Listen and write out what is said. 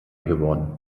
geworden